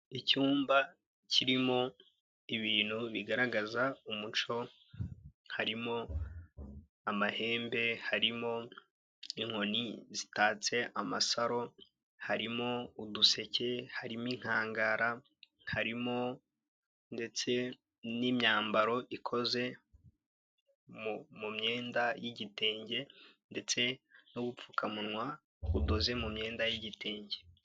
Icyumba kirimo ibintu bigaragaza umuco, harimo amahembe, harimo n'inkoni zitatse amasaro, harimo uduseke, harimo inkangara, harimo ndetse n'imyambaro ikoze mu myenda y'igitenge, ndetse n'ubupfukamunwa budoze mu myenda y'igitenge.